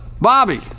Bobby